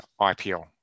IPL